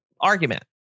argument